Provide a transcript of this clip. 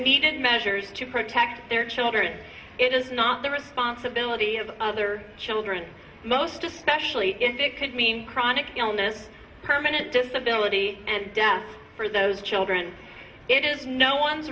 needed measures to protect their children it is not the responsibility of other children most especially if it could mean chronic illness permanent disability and for those children it is no one's